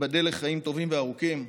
ייבדל לחיים טובים וארוכים,